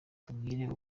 tubwire